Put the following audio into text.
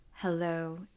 Hello